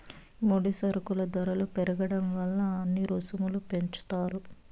ముడి సరుకుల ధరలు పెరగడం వల్ల అన్ని రుసుములు పెంచుతారు